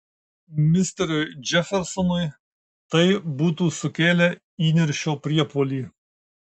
misteriui džefersonui tai būtų sukėlę įniršio priepuolį